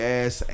ass